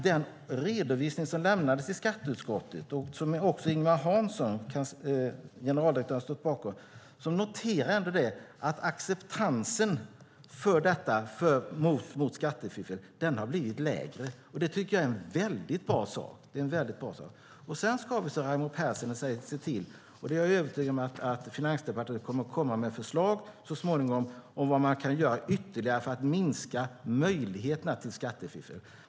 Den redovisning som lämnades till skatteutskottet, och som även generaldirektör Ingemar Hansson stod bakom, visar att acceptansen av skattefiffel har minskat. Det tycker jag är mycket bra. Sedan ska vi, som Raimo Pärssinen säger, se till att detta minskar. Jag är övertygad om att Finansdepartementet så småningom kommer att komma med förslag om vad man ytterligare kan göra för att minska möjligheterna till skattefiffel.